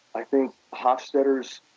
i think hofstadter's